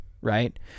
right